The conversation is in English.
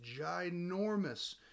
ginormous